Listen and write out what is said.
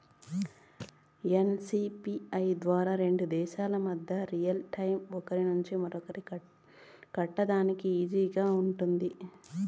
NCPI ద్వారా రెండు దేశాల మధ్య రియల్ టైము ఒకరి నుంచి ఒకరికి కట్టేదానికి ఈజీగా గా ఉంటుందా?